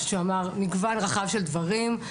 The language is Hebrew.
אני חושבת שהוא אמר מגוון רחב של דברים.